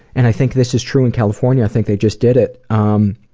and i think this is true in california, i think they just did it, um